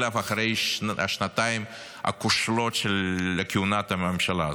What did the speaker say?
אליו אחרי השנתיים הכושלת של כהונת הממשלה הזאת.